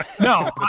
No